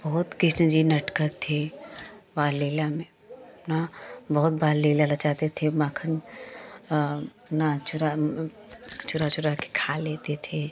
बहुत कृष्ण जी नटखट थे बाल लीला में अपना बहुत बाल लीला रचाते थे माखन अपना चुरा चुरा चुराकर खा लेते थे